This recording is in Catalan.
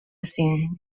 cinc